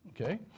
okay